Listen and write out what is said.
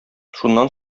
шуннан